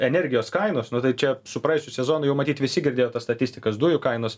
energijos kainos nu tai čia su praėjusiu sezonu jau matyt visi girdėjo tas statistikas dujų kainos